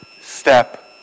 step